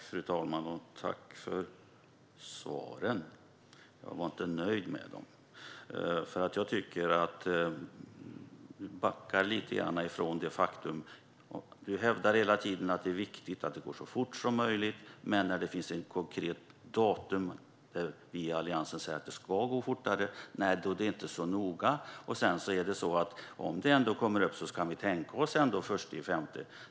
Fru talman! Jag vill tacka för svaren. Men jag var inte nöjd med dem. Jag tycker att Paula Bieler hela tiden hävdar att det är viktigt att det går så fort som möjligt. Men när Alliansen säger att det ska gå fortare och föreslår ett konkret datum är det inte särskilt noga, men om det ändå kommer upp kan man tänka sig den 1 maj.